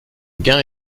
gain